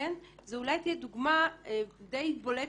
זו אולי תהיה דוגמא די בולטת,